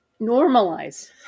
normalize